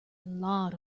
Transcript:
lot